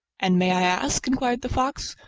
and may i ask, inquired the fox,